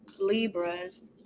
Libras